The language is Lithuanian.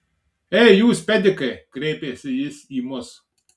ei jūs pedikai kreipėsi jis į mus